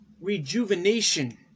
rejuvenation